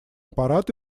аппарат